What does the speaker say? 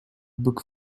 book